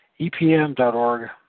EPM.org